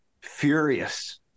furious